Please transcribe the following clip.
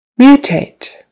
Mutate